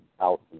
out